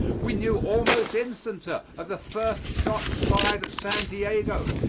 we knew almost instanter of the first shots fired at santiago,